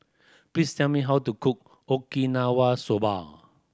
please tell me how to cook Okinawa Soba